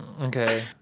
Okay